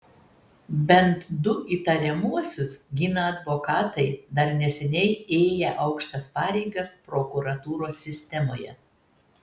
bent du įtariamuosius gina advokatai dar neseniai ėję aukštas pareigas prokuratūros sistemoje